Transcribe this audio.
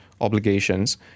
obligations